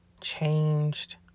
changed